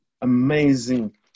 amazing